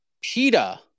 Peta